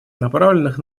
направленных